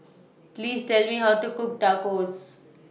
Please Tell Me How to Cook Tacos